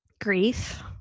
grief